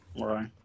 Right